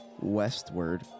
westward